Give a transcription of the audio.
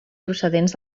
procedents